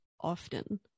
often